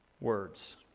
words